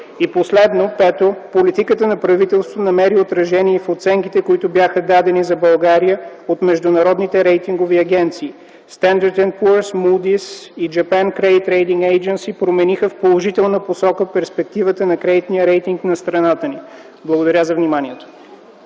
И последно, пето, политиката на правителството намери отражение в оценките, които бяха дадени за България от международните рейтингови агенции „Standart & Poor’s”, „Moody’s”, „Japan credit rating agency” промениха в положителна посока перспективата на кредитния рейтинг на страната ни. Благодаря за вниманието.